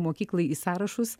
mokyklai į sąrašus